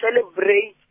celebrate